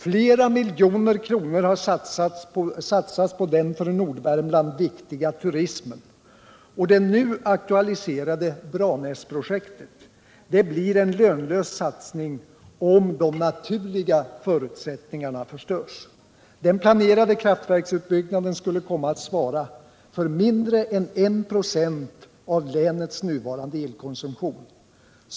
Flera miljoner kronor har satsats på den för Nordvärmland viktiga turismen, och det nu aktualiserade Branäsprojektet blir en lönlös satsning om de naturliga förutsättningarna förstörs. Den planerade kraftverksut byggnaden skulle komma att svara för mindre än 1 96 av länets nuvarande Nr 52 elkonsumtion.